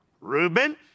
Reuben